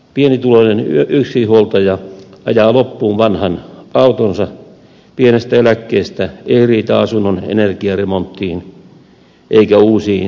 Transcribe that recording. pienituloinen yksinhuoltaja ajaa loppuun vanhan autonsa pienestä eläkkeestä ei riitä asunnon energiaremonttiin eikä uusiin kodinkoneisiin